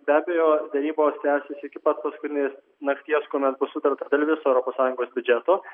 be abejo derybos tęsis iki pat paskutinės nakties kuomet bus sutarta dėl viso europos sąjungos biudžeto